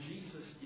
Jesus